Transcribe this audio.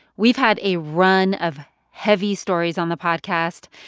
we've had a run of heavy stories on the podcast.